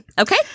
Okay